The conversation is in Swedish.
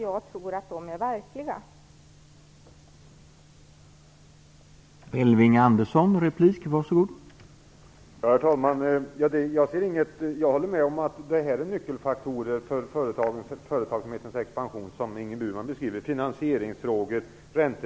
Jag tror att de speglar verkligheten.